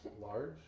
Large